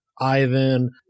Ivan